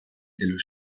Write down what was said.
dello